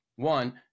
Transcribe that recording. One